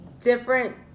different